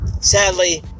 Sadly